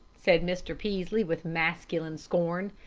said mr. peaslee, with masculine scorn.